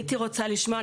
הייתי רוצה לשמוע.